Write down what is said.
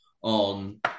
on